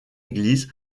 église